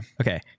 Okay